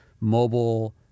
mobile